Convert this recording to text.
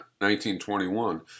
1921